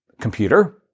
computer